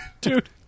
dude